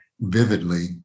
vividly